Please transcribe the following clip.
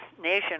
nation